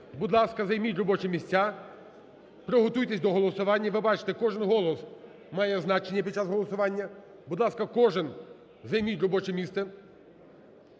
будь ласка, займіть робочі місця, приготуйтеся до голосування, ви бачите, кожен голос має значення під час голосування. Будь ласка, кожен займіть робоче місце.